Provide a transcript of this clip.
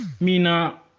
mina